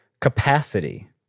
capacity